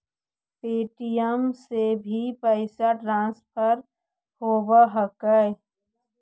Paytm से भी पैसा ट्रांसफर होवहकै?